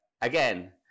again